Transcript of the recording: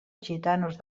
gitanos